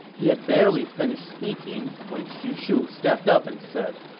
he had barely finished speaking when xu shu stepped up and said,